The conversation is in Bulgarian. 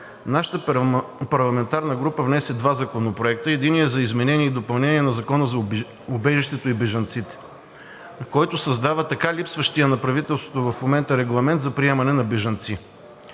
нашата парламентарна група внесе два законопроекта. Единият е за изменение и допълнение на Закона за убежището и бежанците, който създава така липсващия на правителството в момента регламент за приемане на бежанци.